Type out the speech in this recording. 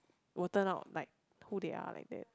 will turn up like who they are like that